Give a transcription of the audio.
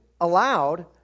allowed